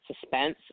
suspense